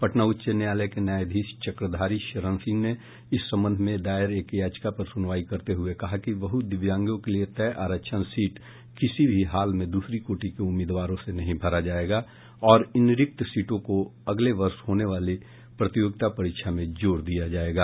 पटना उच्च न्यायालय के न्यायाधीश चक्रधारी शरण सिंह ने इस संबंध में दायर एक याचिका पर सुनवाई करते हुए कहा कि बहुदिव्यांगों के लिए तय आरक्षण सीट किसी भी हाल में दूसरी कोटि के उम्मीदवारों से नहीं भरा जायेगा और इन रिक्त सीटों को अगले वर्ष होने वाली प्रतियोगिता परीक्षा में जोर दिया जायेगा